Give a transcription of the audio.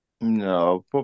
No